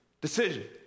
decision